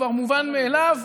הוא כבר מובן מאליו.